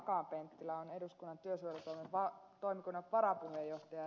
akaan penttilä on eduskunnan työsuojelutoimikunnan varapuheenjohtaja